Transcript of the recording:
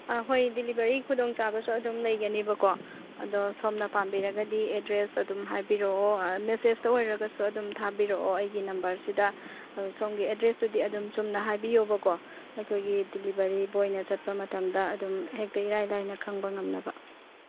ꯑ ꯍꯣꯏ ꯗꯤꯂꯤꯚꯔꯤ ꯈꯨꯗꯣꯡꯆꯥꯕꯁꯨ ꯑꯗꯨꯝ ꯂꯩꯒꯅꯤꯕꯀꯣ ꯑꯗꯣ ꯁꯣꯝꯅ ꯄꯥꯝꯕꯤꯔꯒꯗꯤ ꯑꯦꯗ꯭ꯔꯦꯁ ꯑꯗꯨꯝ ꯍꯥꯏꯕꯤꯔꯛꯑꯣ ꯃꯦꯁꯦꯁꯇ ꯑꯣꯏꯔꯒꯁꯨ ꯑꯗꯨꯝ ꯊꯥꯕꯤꯔꯛꯑꯣ ꯑꯩꯒꯤ ꯅꯝꯕꯔꯁꯤꯗ ꯁꯣꯝꯒꯤ ꯑꯦꯗ꯭ꯔꯦꯁꯇꯨꯗꯤ ꯑꯗꯨꯝ ꯆꯨꯝꯅ ꯍꯥꯏꯕꯤꯌꯨꯕꯀꯣ ꯑꯩꯈꯣꯏꯒꯤ ꯗꯤꯂꯤꯚꯔꯤ ꯕꯣꯏꯅ ꯆꯠꯄ ꯃꯇꯝꯗ ꯑꯗꯨꯝ ꯍꯦꯛꯇ ꯏꯔꯥꯏ ꯂꯥꯏꯅ ꯈꯪꯕ ꯉꯝꯅꯕ